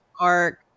arc